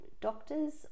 doctors